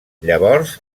llavors